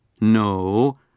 No